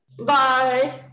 Bye